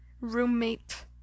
roommate